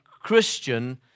Christian